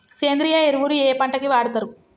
సేంద్రీయ ఎరువులు ఏ పంట కి వాడుతరు?